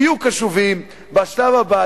תהיו קשובים בשלב הבא,